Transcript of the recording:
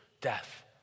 death